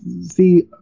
see